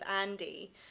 Andy